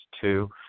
two